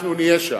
אנחנו נהיה שם,